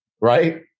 right